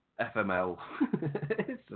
FML